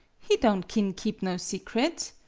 he don' kin keep no secret.